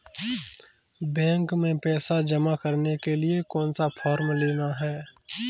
Bank में पैसा जमा करने के लिए कौन सा फॉर्म लेना है?